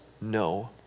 no